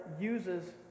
uses